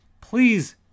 please